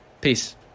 Peace